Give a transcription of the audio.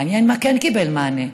מעניין מה כן קיבל מענה,